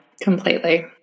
completely